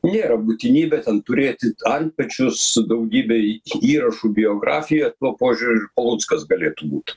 nėra būtinybė ten turėti antpečius daugybėj įrašų biografijoj tuo požiūriu ir paluckas galėtų būt